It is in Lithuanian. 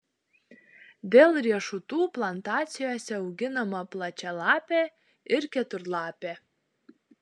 dėl riešutų plantacijose auginama plačialapė ir keturlapė